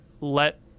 let